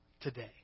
today